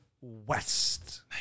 West